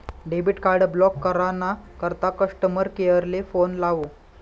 debit card block करा ना करता कस्टमर केअर ले फोन लावो